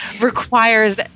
requires